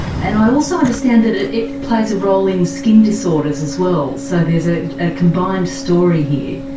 and i also understand that it it plays a role in skin disorders, as well, so there's ah a combined story here.